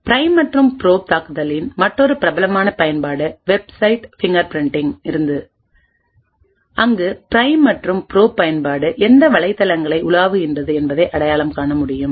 prime மற்றும் probe தாக்குதலின் மற்றொரு பிரபலமான பயன்பாடுவெப்சைட் பிங்கர்பிரின்டிங் இருந்தது அங்கு பிரைம் மற்றும் ப்ரோப் பயன்பாடு எந்த வலைத்தளங்களை உலாவுகிறது என்பதை அடையாளம் காண முடியும்